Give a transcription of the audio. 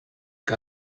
que